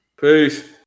Peace